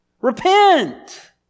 Repent